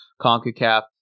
Concacaf